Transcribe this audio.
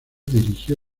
dirigió